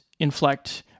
inflect